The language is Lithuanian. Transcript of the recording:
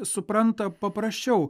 supranta paprasčiau